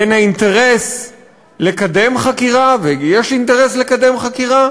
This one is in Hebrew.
בין האינטרס לקדם חקירה, ויש אינטרס לקדם חקירה